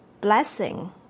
blessing